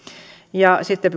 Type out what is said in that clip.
sitten